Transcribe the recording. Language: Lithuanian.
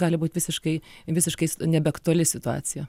gali būt visiškai visiškais nebeaktuali situacija